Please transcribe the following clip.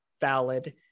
valid